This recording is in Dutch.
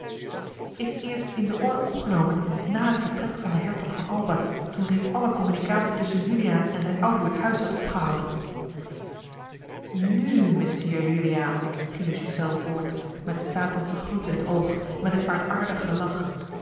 is eerst in de orde opgenomen na het vertrek van den hertog van alba toen reeds alle communicatie tusschen juliaan en zijn ouderlijk huis had opgehouden nu messire juliaan ging de ghiselles voort met satanschen gloed in het oog en met een kwaadaardigen lach